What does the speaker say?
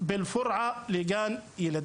היום היא למשרד השר שיקלי,